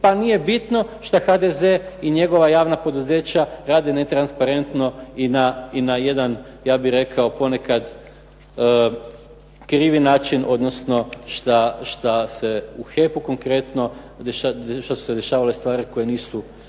pa nije bitno što HDZ i njegova javna poduzeća rade netransparentno i na jedan, ja bih rekao ponekad krivi način, odnosno što se u HEP-u konkretno što su se dešavale stvari koje nisu